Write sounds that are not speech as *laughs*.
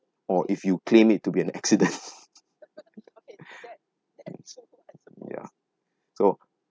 or if you claim it to be an accident *laughs* ya so